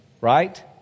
right